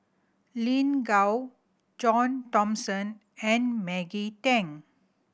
Lin Gao John Thomson and Maggie Teng